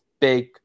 big